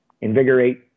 invigorate